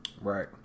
Right